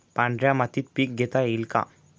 पांढऱ्या मातीत पीक घेता येईल का?